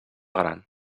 gran